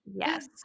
yes